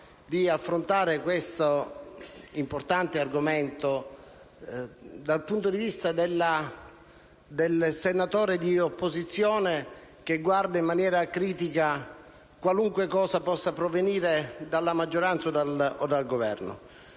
di affrontare quest'importante argomento dal punto di vista del senatore di opposizione che guarda in maniera critica qualunque cosa possa provenire dalla maggioranza e dal Governo.